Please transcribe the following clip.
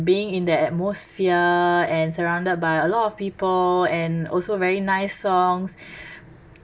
being in that atmosphere and surrounded by a lot of people and also very nice songs